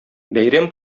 бәйрәм